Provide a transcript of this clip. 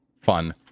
fun